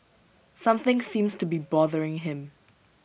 something seems to be bothering him